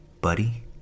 Buddy